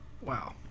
Wow